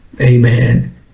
Amen